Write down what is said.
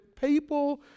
people